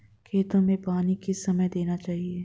खेतों में पानी किस समय देना चाहिए?